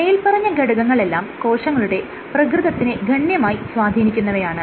മേല്പറഞ്ഞ ഘടങ്ങളെല്ലാം കോശങ്ങളുടെ പ്രകൃതത്തിനെ ഗണ്യമായി സ്വാധീനിക്കുന്നവയാണ്